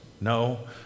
no